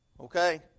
okay